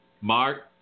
Mark